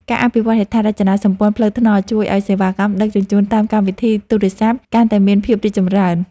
ការអភិវឌ្ឍហេដ្ឋារចនាសម្ព័ន្ធផ្លូវថ្នល់ជួយឱ្យសេវាកម្មដឹកជញ្ជូនតាមកម្មវិធីទូរស័ព្ទកាន់តែមានភាពរីកចម្រើន។